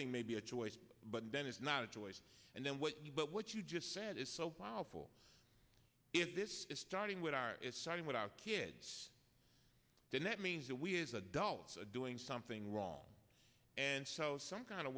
thing may be a choice but then it's not a choice and then what you but what you just said is so powerful if this is starting with is starting with our kids then that means that we as adults are doing something wrong and some kind of